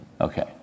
Okay